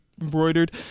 embroidered